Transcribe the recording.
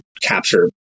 capture